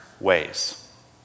ways